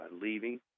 leaving